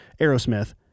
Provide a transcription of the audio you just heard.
aerosmith